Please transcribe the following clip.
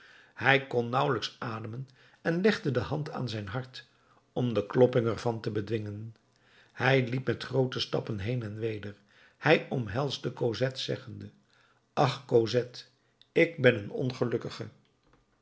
hij kon nauwelijks ademen en legde de hand aan zijn hart om de klopping ervan te bedwingen hij liep met groote stappen heen en weder hij omhelsde cosette zeggende ach cosette ik ben een ongelukkige